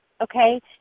okay